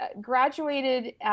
graduated